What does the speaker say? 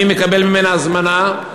אני מקבל ממנה הזמנה,